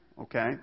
Okay